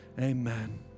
Amen